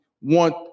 want